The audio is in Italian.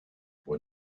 buon